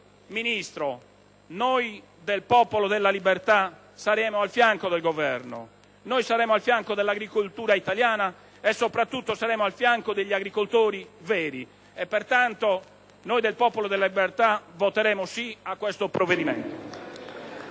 Ministro, noi del Popolo della Libertà saremo al fianco del Governo, saremo al fianco dell'agricoltura italiana e, soprattutto, saremo al fianco degli agricoltori veri. Pertanto, noi del Popolo della Libertà voteremo «sì» a questo provvedimento.